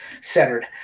centered